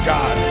God